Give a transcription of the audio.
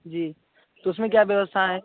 जी तो उसमें क्या व्यवस्था है